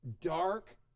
dark